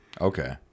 Okay